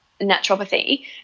naturopathy